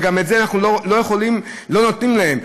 וגם את זה אנחנו לא נותנים להם.